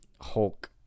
Hulk